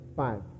five